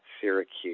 Syracuse